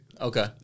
Okay